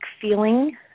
feeling